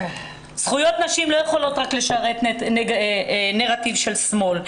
זכויות נשים לא יכולות רק לשרת נרטיב של שמאל.